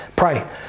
Pray